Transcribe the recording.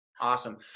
Awesome